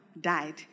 died